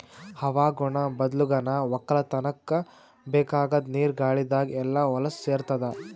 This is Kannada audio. ಹವಾಗುಣ ಬದ್ಲಾಗನಾ ವಕ್ಕಲತನ್ಕ ಬೇಕಾದ್ ನೀರ ಗಾಳಿದಾಗ್ ಎಲ್ಲಾ ಹೊಲಸ್ ಸೇರತಾದ